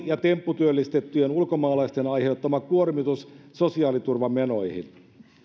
ja tempputyöllistettyjen ulkomaalaisten aiheuttama kuormitus sosiaaliturvamenoihin